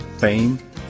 fame